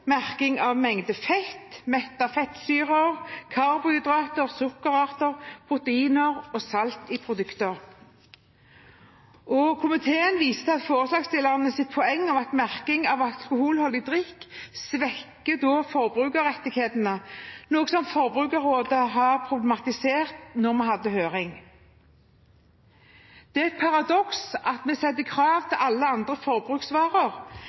mengde fett, mettede fettsyrer, karbohydrater, sukkerarter, proteiner og salt i produktene. Komiteen viser til forslagsstillernes poeng om at manglende merking av alkoholholdig drikke svekker forbrukerrettighetene, noe som Forbrukerrådet problematiserte da vi hadde høring. Det er et paradoks at vi setter krav til alle andre forbruksvarer,